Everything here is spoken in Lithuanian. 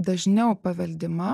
dažniau paveldima